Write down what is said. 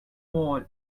wall